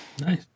Nice